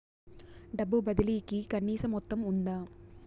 డబ్బు బదిలీ కి కనీస మొత్తం ఉందా?